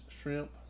shrimp